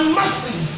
mercy